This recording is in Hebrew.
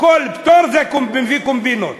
כל פטור מביא קומבינות.